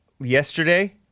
yesterday